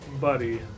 Buddy